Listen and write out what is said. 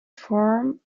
form